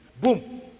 Boom